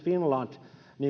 finland